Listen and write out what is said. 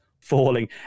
falling